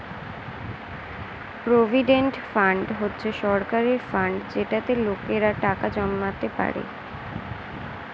provident fund হচ্ছে সরকারের fund যেটাতে লোকেরা টাকা জমাতে পারে